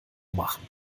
machen